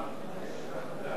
ההצעה